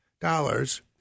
dollars